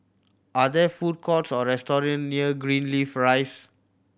are there food courts or restaurant near Greenleaf Rise